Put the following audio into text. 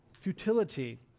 Futility